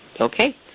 okay